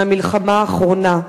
מהמלחמה האחרונה.